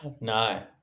No